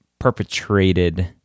perpetrated